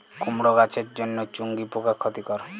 কুমড়ো গাছের জন্য চুঙ্গি পোকা ক্ষতিকর?